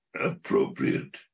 appropriate